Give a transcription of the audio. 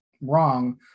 wrong